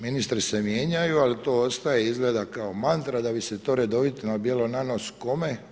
Ministri se mijenjaju ali to ostaje izgleda kao mantra da bi se to redovito nabijalo na nos, kome?